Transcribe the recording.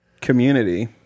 community